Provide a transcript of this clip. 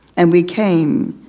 and we came,